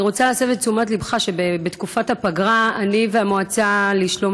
אני רוצה להסב את תשומת ליבך שבתקופת הפגרה אני והמועצה לשלום